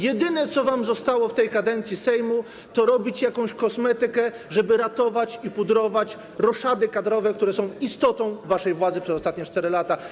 Jedyne, co wam pozostało w tej kadencji Sejmu, to robienie jakiejś kosmetyki, żeby to ratować i pudrować roszady kadrowe, które były istotą waszej władzy przez ostatnie 4 lata.